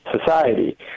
society